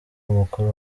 umukuru